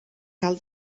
cal